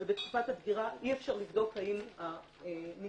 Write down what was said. בתקופת הדגירה אי אפשר לבדוק האם הנפגע